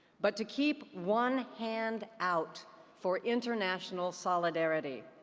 but to keep one hand out for international solidarity.